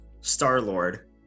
Star-Lord